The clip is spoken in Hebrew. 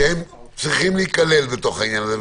שהם צריכים להיכלל בתוך העניין הזה,